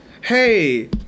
Hey